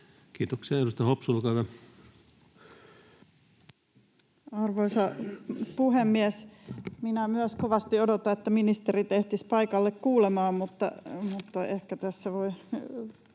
Kiitoksia. — Edustaja Hopsu, olkaa hyvä. Arvoisa puhemies! Myös minä kovasti odotan, että ministerit ehtisivät paikalle kuulemaan, mutta ehkä tässä voi